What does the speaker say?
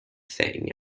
thing